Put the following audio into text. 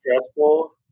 stressful